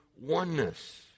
oneness